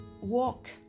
walk